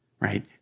Right